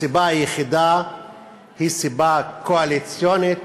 הסיבה היחידה היא סיבה קואליציונית,